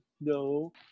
no